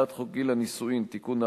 הצעת חוק גיל הנישואין (תיקון,